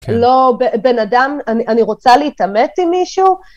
לא, בן אדם, אני רוצה להתעמת עם מישהוא?